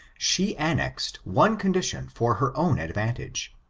she annexed one condition for her own advantage,